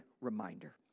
reminder